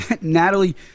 Natalie